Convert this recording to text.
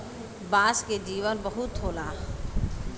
बांस के जीवन बहुत होला